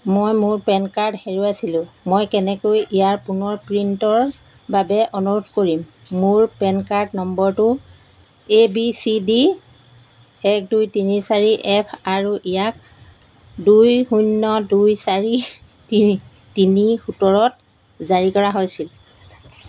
মই মোৰ PAN card হেৰুৱাইছিলোঁ মই কেনেকৈ ইয়াৰ পুনৰ প্ৰিণ্টৰ বাবে অনুৰোধ কৰিম মোৰ পেন কাৰ্ড নম্বৰটো এ বি চি ডি এক দুই তিনি চাৰি এফ আৰু ইয়াক দুই শূন্য দুই চাৰি তিৰি তিনি সোতৰত জাৰী কৰা হৈছিল